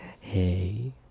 hey